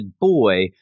boy